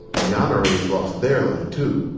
the honores lost their land too.